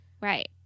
right